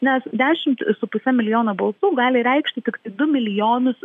nes dešimt su puse milijono balsų gali reikšti tiktai du milijonus